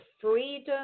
freedom